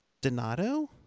Donato